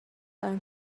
and